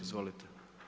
Izvolite.